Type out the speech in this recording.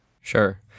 Sure